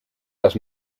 las